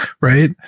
right